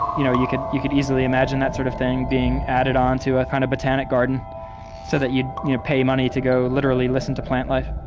you know, you could you could easily imagine that sort of thing added on to a kind of botanic garden so that you'd pay money to go, literally, listen to plant life